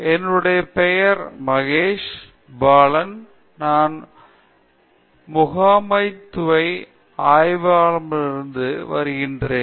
என்னுடைய பெயர் மகேஷ் பாலன் நான் முகாமைத்துவ ஆய்வாளர்களிடம் இருந்து வருகிறேன்